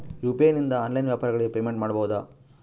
UPI ನಿಂದ online ವ್ಯಾಪಾರಗಳಿಗೆ payment ಮಾಡಬಹುದಾ?